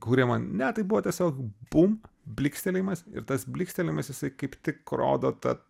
kuriama ne tai buvo tiesiog bum blykstelėjimas ir tas blykstelėjimas jisai kaip tik rodo tą